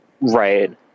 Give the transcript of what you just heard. Right